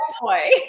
boy